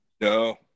No